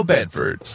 Bedford